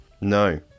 No